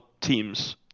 teams